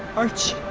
arch-ch-ch.